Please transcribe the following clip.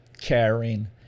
caring